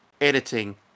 editing